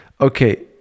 Okay